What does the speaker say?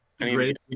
Great